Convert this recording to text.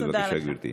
בבקשה, גברתי.